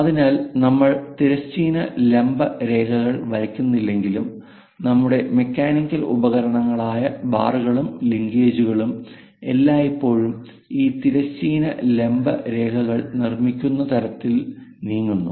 അതിനാൽ നമ്മൾ തിരശ്ചീന ലംബ രേഖകൾ വരയ്ക്കുന്നില്ലെങ്കിലും നമ്മുടെ മെക്കാനിക്കൽ ഉപകാരണങ്ങളായ ബാറുകളും ലിങ്കേജുകളും എല്ലായ്പ്പോഴും ഈ തിരശ്ചീന ലംബ രേഖകൾ നിർമ്മിക്കുന്ന തരത്തിൽ നീങ്ങുന്നു